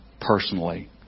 personally